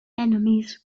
enemies